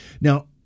Now